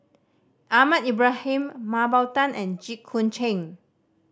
Ahmad Ibrahim Mah Bow Tan and Jit Koon Ch'ng